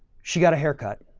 she got a haircut.